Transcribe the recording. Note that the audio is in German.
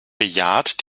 bejaht